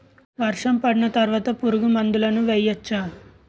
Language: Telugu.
వర్షం పడిన తర్వాత పురుగు మందులను వేయచ్చా?